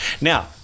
now